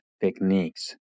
techniques